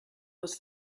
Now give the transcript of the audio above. was